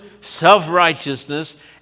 self-righteousness